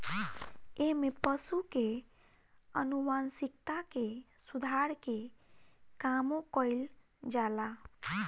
एमे पशु के आनुवांशिकता के सुधार के कामो कईल जाला